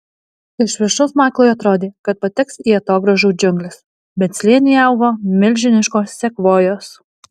iš viršaus maiklui atrodė kad pateks į atogrąžų džiungles bet slėnyje augo milžiniškos sekvojos